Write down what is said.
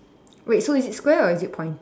wait so is it Square or is it pointy